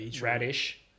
radish